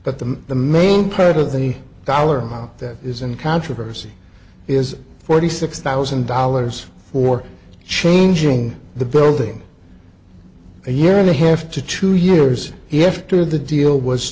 but the the main part of the dollar amount that is in controversy is forty six thousand dollars for changing the building a year and a half to two years he after the deal was